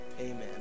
amen